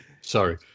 Sorry